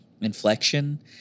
inflection